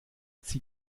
sie